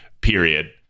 period